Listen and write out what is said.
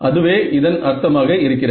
அதுவே இதன் அர்த்தம் ஆக இருக்கிறது